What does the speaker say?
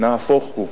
נהפוך הוא.